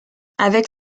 avec